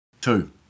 Two